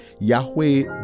Yahweh